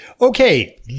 Okay